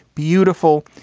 beautiful,